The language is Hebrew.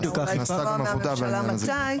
אפשר אולי לשמוע מהממשלה מתי,